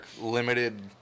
limited